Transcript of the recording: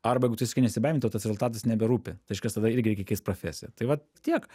arba jeigu tu sakai nesibaimink tau tas rezultatas neberūpi tai reiškias tada irgi reikia keist profesiją tai vat tiek